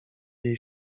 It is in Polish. jej